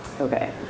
Okay